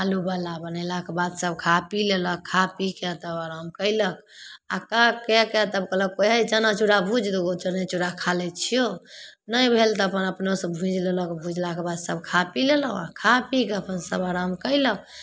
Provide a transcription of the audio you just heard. आलूवला बनेलाके बाद सब खा पी लेलक खा पीके तब आराम कएलक आओर काम कऽके तब कोइ कहलक हे चना चूड़ा भूज दुइगो चना चूड़ा खा लै छिओ नहि भेल तऽ अपन अपनसे भुजि लेलक भुजलाके बाद सब खा पी लेलहुँ आओर खा पीके अपन सब आराम कएलक